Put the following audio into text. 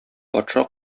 патша